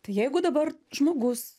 tai jeigu dabar žmogus